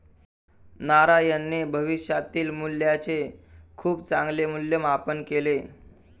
नारायणने भविष्यातील मूल्याचे खूप चांगले मूल्यमापन केले